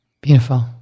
beautiful